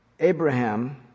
Abraham